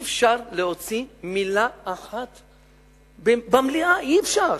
אי-אפשר להוציא מלה אחת במליאה, אי-אפשר.